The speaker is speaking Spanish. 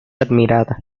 admirada